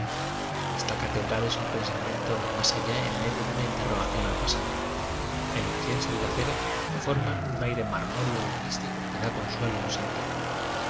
esta catedral es un pensamiento de más allá en medio de una interrogación al pasado el incienso y la cera forman un aire mar móreo y místico que da consuelo a los sen